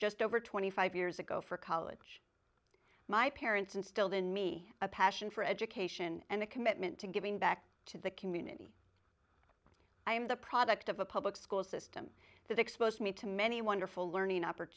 just over twenty five years ago for college my parents instilled in me a passion for education and a commitment to giving back to the community i am the product of a public school system that exposed me to many wonderful learning opp